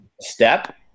Step